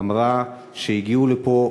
אמרה שהגיעו לפה,